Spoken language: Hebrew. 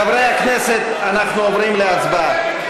חברי הכנסת, אנחנו עוברים להצבעה.